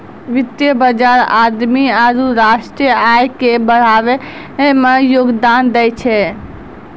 वित्त बजार आदमी आरु राष्ट्रीय आय के बढ़ाबै मे योगदान दै छै